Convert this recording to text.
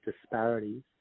disparities